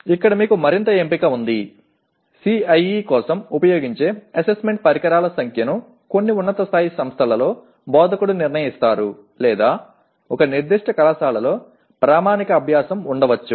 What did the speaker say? ఇక్కడ మీకు మరింత ఎంపిక ఉంది CIE కోసం ఉపయోగించే అసెస్మెంట్ పరికరాల సంఖ్యను కొన్ని ఉన్నత స్థాయి సంస్థలలో బోధకుడు నిర్ణయిస్తారు లేదా ఒక నిర్దిష్ట కళాశాలలో ప్రామాణిక అభ్యాసం ఉండవచ్చు